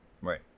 right